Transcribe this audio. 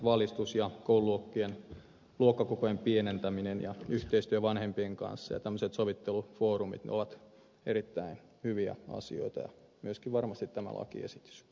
valistus ja koululuokkien luokkakokojen pienentäminen ja yhteistyö vanhempien kanssa ja tämmöiset sovittelufoorumit ovat erittäin hyviä asioita ja myöskin varmasti tämä lakiesitys